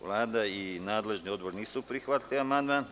Vlada i nadležni odbor nisu prihvatili amandman.